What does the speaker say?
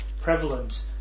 prevalent